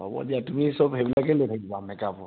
হ'ব দিয়া তুমি চব সেইবিলাকে লৈ থাকিবা মেকআপৰ